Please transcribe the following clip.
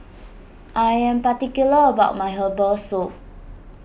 I am particular about my Herbal Soup